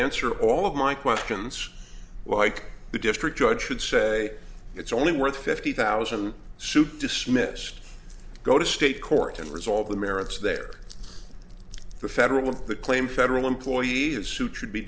answer all of my questions like the district judge should say it's only worth fifty thousand suit dismissed go to state court and resolve the merits there the federal the claim federal employees suit should be